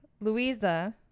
Louisa